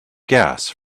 gas